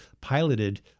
piloted